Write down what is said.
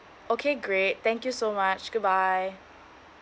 okay great thank you so much goodbye